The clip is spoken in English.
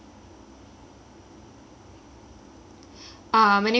ah my name is natasha and my contact number is eight seven seven three five five